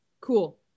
Cool